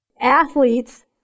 Athletes